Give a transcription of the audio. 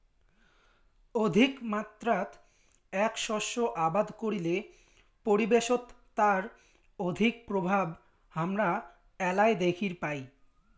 অধিকমাত্রাত এ্যাক শস্য আবাদ করিলে পরিবেশত তার অধিক প্রভাব হামরা এ্যালায় দ্যাখির পাই